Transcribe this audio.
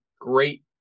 great